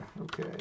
okay